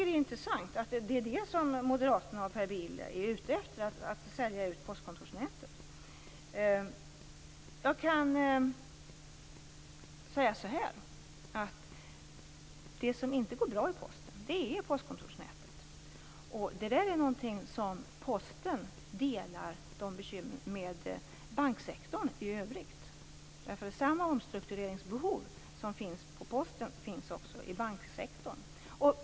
Det är intressant att det som moderaterna och Per Bill är ute efter är att sälja ut postkontorsnätet. Det som inte går bra inom Posten är just postkontorsnätet. Dessa bekymmer är någonting som Posten delar med banksektorn i övrigt. Samma omstruktureringsbehov som finns hos Posten finns också i banksektorn.